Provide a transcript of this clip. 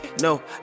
No